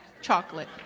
chocolate